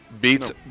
beats